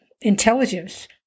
intelligence